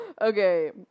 okay